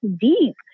deep